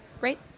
Right